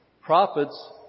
Prophets